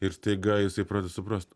ir staiga jisai pradeda suprast